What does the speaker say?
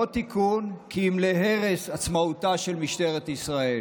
לא תיקון, כי אם הרס עצמאותה של משטרת ישראל